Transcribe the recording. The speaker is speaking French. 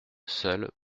seule